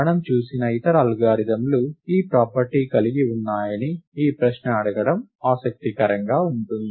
మనం చూసిన ఇతర అల్గారిథమ్లు ఈ ప్రాపర్టీని కలిగి ఉన్నాయని ఈ ప్రశ్న అడగడం ఆసక్తికరంగా ఉంటుంది